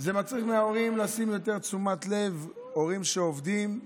זה מצריך מההורים לשים יותר לב, הורים שעובדים,